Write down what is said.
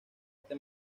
este